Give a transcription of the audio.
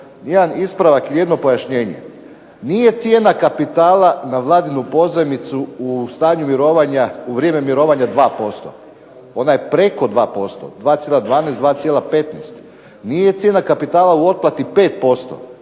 jedan ispravak i jedno pojašnjenje. Nije cijena kapitala na Vladinu pozajmicu u stanju mirovanja, u vrijeme mirovanja 2%. Ona je preko 2%, 2,12, 2,15. Nije cijena kapitala u otplati 5%,